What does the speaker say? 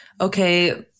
okay